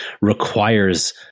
requires